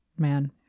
man